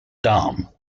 dame